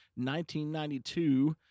1992